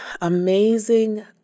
amazing